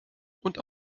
und